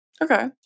Okay